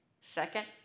second